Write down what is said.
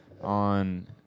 on